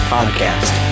Podcast